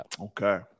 Okay